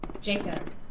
Jacob